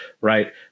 right